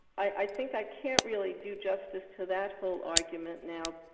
i think i can't really do justice to that whole argument now.